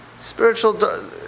spiritual